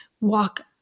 walk